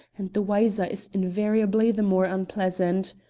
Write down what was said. and the wiser is invariably the more unpleasant.